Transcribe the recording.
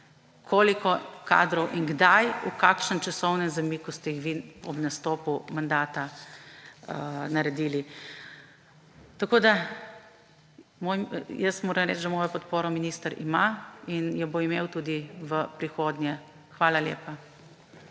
koliko kadrov in kdaj, v kakšnem časovnem zamiku ste jih vi ob nastopu mandata naredili. Jaz moram reči, da mojo podporo minister ima in jo bo imel tudi v prihodnje. Hvala lepa.